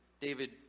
David